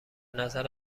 نظر